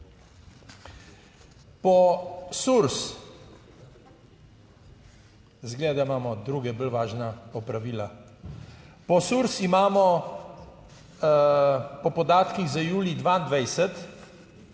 po SURS imamo po podatkih za julij 2022